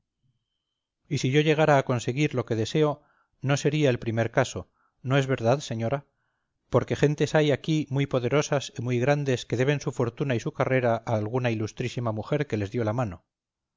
y si yo llegara a conseguir lo que deseo no sería el primer caso no es verdad señora porque gentes hay aquí muy poderosas y muy grandes que deben su fortuna y su carrera a alguna ilustrísima mujer que les dio la mano